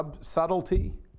subtlety